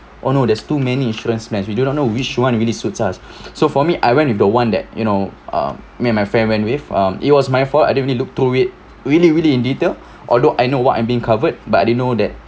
oh no there's too many insurance plans we do not know which one really suits us so for me I went with the one that you know uh me and my friend went with um it was my fault I didn't really look through it really really in detail although I know what I'm been covered but I didn't know that